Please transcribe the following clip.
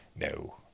No